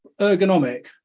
ergonomic